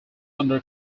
under